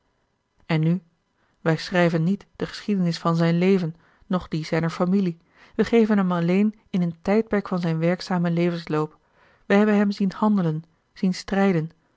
en nu wij schrijven niet de geschiedenis van zijn leven noch die zijner familie wij geven hem alleen in een tijdperk van zijn werkzamen levensloop wij hebben hem zien handelen zien strijden